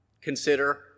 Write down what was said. Consider